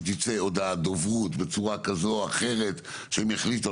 שתצא הודעת דוברות בצורה כזו או אחרת שהם יחליטו,